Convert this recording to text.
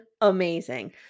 amazing